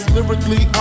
Lyrically